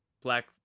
Black